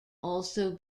also